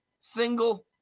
single